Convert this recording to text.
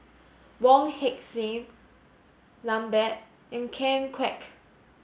Wong Heck Sing Lambert and Ken Kwek